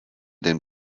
den